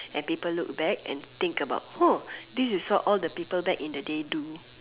and people look back and think about !huh! so this is what people in the back in the day do